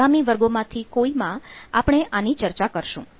આગામી વર્ગોમાંથી કોઈમાં આપણે આની ચર્ચા કરશું